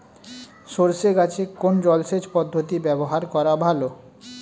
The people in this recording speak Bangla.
সরষে গাছে কোন জলসেচ পদ্ধতি ব্যবহার করা ভালো?